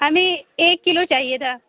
ہمیں ایک کلو چاہیے تھا